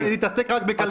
ולהתעסק רק בכלכלה.